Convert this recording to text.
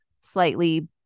slightly